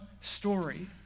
story